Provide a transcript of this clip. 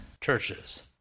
churches